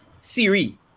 Siri